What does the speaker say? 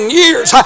years